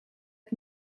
het